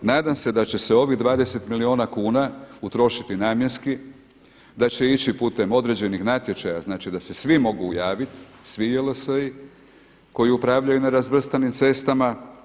Nadam se da će se ovih 20 milijuna kuna utrošiti namjenski, da će ići putem određenih natječaja znači da se svi mogu javiti, svi JLS-i koji upravljaju nerazvrstanim cestama.